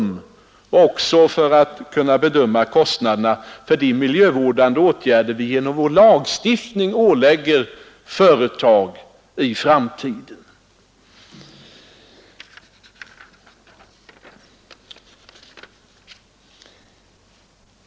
Det är nödvändigt också för att kunna bedöma kostnaderna för de miljövårdande åtgärder vi genom vår lagstiftning ålägger företag i framtiden.